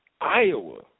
Iowa